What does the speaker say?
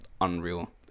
Unreal